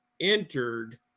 entered